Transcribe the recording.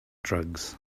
drugs